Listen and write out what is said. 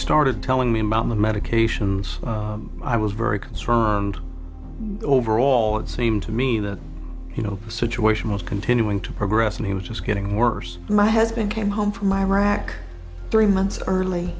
started telling me about the medications i was very concerned and overall it seemed to me that you know the situation was continuing to progress and he was just getting worse my husband came home from iraq three months early